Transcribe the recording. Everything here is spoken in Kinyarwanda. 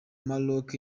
maroc